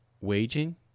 waging